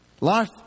Life